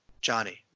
Johnny